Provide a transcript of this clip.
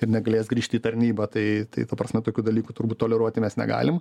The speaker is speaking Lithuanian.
ir negalės grįžti į tarnybą tai tai ta prasme tokių dalykų turbūt toleruoti mes negalim